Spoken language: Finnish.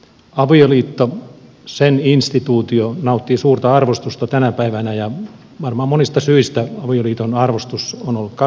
avioliitto sen instituutio nauttii suurta arvostusta tänä päivänä ja varmaan monista syistä avioliiton arvostus on ollut kasvamaan päin